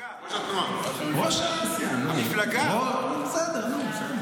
--- מפלגה --- בסדר, נו.